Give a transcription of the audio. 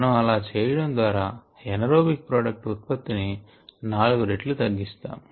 మనం అలా చేయడం ద్వారా ఎనరోబిక్ ప్రోడక్ట్ ఉత్పత్తి ని 4 రెట్లు తగ్గిస్తాము